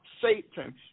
Satan